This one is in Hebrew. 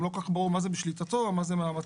גם לא כל-כך ברור מה זה בשליטתו, מה זה מאמצים.